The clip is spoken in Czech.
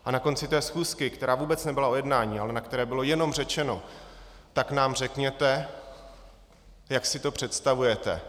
A na konci té schůzky, která vůbec nebyla o jednání, ale na které bylo jenom řečeno: tak nám řekněte, jak si to představujete.